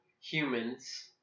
humans